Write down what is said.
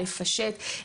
לפשט,